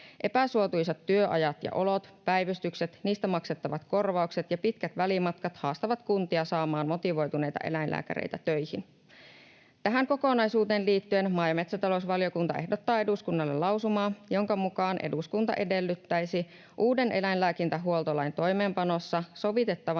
Epäsuotuisat työajat ja ‑olot, päivystykset, niistä maksettavat korvaukset ja pitkät välimatkat haastavat kuntia saamaan motivoituneita eläinlääkäreitä töihin. Tähän kokonaisuuteen liittyen maa- ja metsätalousvaliokunta ehdottaa eduskunnalle lausumaa, jonka mukaan eduskunta edellyttäisi uuden eläinlääkintähuoltolain toimeenpanossa sovitettavan